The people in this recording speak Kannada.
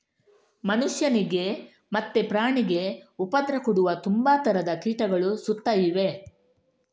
ಮನುಷ್ಯನಿಗೆ ಮತ್ತೆ ಪ್ರಾಣಿಗೆ ಉಪದ್ರ ಕೊಡುವ ತುಂಬಾ ತರದ ಕೀಟಗಳು ಸುತ್ತ ಇವೆ